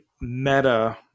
meta